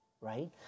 right